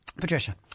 Patricia